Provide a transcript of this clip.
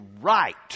right